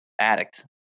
addict